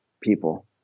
people